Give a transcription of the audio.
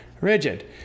rigid